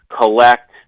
collect